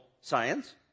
science